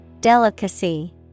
Delicacy